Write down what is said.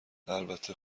البته